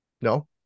No